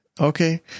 Okay